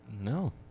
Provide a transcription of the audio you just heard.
No